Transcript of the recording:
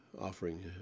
offering